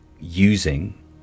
using